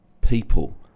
people